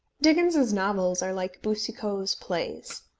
dickens's novels are like boucicault's plays.